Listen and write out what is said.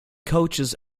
coaches